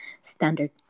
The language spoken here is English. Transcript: standard